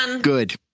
Good